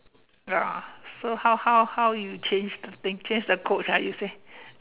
ya so how how how you change the thing change the codes right you say